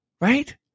right